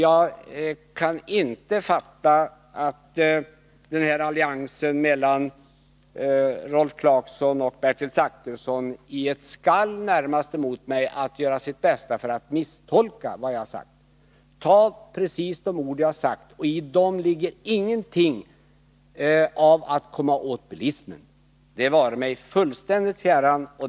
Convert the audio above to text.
Jag kan inte fatta den här alliansen mellan Rolf Clarkson och Bertil Zachrisson i vad som närmast liknar ett skall mot mig, där man gör sitt bästa för att misstolka vad jag har sagt. Jag menar precis vad jag har sagt, och i det ligger ingen avsikt att komma åt bilismen — det vare mig fjärran!